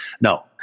No